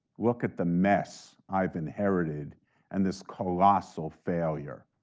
look at the mess i've inherited and this colossal failure.